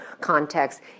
context